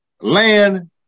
land